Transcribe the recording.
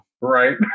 Right